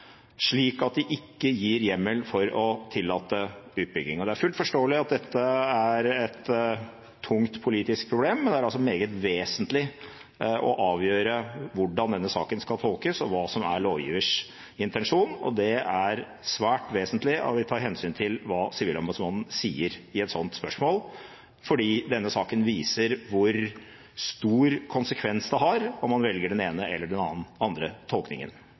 slik at de ikke gir hjemmel for å tillate utbygging. Det er fullt forståelig at dette er et tungt politisk problem, men det er altså meget vesentlig å avgjøre hvordan denne saken skal tolkes og hva som er lovgivers intensjon, og det er svært vesentlig at vi tar hensyn til hva Sivilombudsmannen sier i et sånt spørsmål, fordi denne saken viser hvor stor konsekvens det har om man velger den ene eller den andre tolkningen.